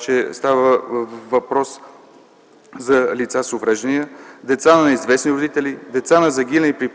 че става въпрос за лица с увреждания, деца на неизвестни родители, деца на загинали при